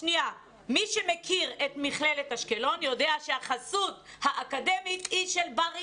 מי שמכיר את מכללת אשקלון יודע שהחסות האקדמית היא של בר אילן.